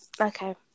Okay